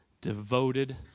devoted